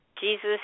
Jesus